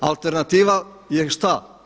Alternativa je šta?